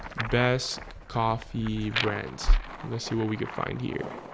best coffee brands let's see what we could find here